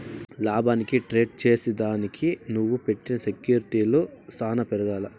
లాభానికి ట్రేడ్ చేసిదానికి నువ్వు పెట్టిన సెక్యూర్టీలు సాన పెరగాల్ల